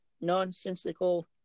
Nonsensical